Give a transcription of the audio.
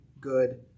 good